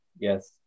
yes